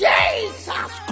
Jesus